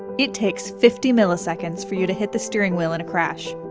it takes fifty milliseconds for you to hit the steering wheel in a crash.